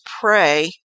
pray